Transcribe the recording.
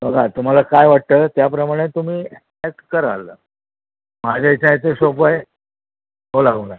बघा तुम्हाला काय वाटतं त्याप्रमाणे तुम्ही ॲक्ट कराल माझ्या याचं सोपं आहे हो लावून ना